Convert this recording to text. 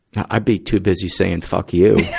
i'd be too busy saying fuck you. yeah